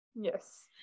Yes